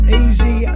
easy